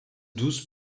douce